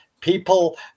people